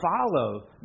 follow